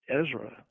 Ezra